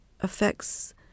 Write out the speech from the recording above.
affects